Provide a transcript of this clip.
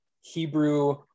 Hebrew